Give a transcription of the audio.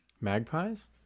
Magpies